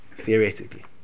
theoretically